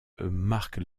marque